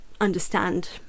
understand